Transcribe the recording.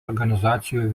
organizacijų